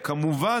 כמובן,